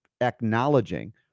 acknowledging